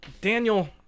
Daniel